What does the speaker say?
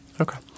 Okay